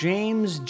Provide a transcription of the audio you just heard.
James